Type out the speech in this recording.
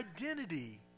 identity